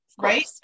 right